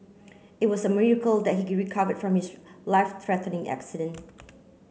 it was a miracle that he recovered from his life threatening accident